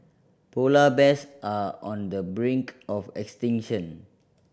polar bears are on the brink of extinction